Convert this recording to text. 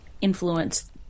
influence